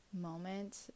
moment